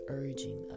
urging